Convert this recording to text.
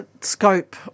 scope